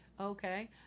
Okay